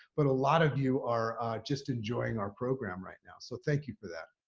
but a lot of you are just enjoying our program right now. so thank you for that.